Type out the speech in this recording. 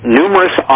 numerous